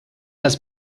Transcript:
has